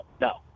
no